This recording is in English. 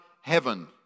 heaven